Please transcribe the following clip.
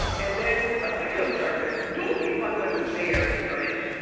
and then a video surfaced. dula peep, by the way, was there with her man.